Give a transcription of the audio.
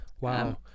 wow